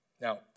Now